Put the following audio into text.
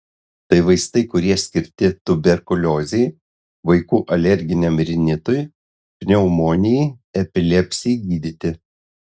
tai vaistai kurie skirti tuberkuliozei vaikų alerginiam rinitui pneumonijai epilepsijai gydyti